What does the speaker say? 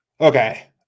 okay